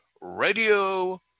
Radio